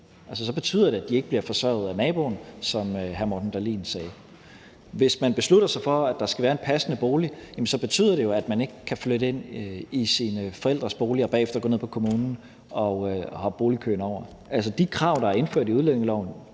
Så betyder det, at de ikke bliver forsørget af naboen, som hr. Morten Dahlin sagde. Hvis man beslutter sig for, at der skal være en passende bolig, så betyder det jo, at folk ikke kan flytte ind i deres forældres bolig og bagefter gå ned på kommunen og hoppe boligkøen over. De krav, der er indført i udlændingeloven,